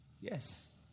Yes